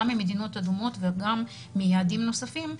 גם ממדינות אדומות וגם מיעדים נוספים,